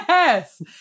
Yes